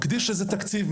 מקדיש איזה תקציב,